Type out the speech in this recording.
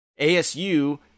ASU